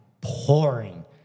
pouring